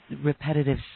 repetitive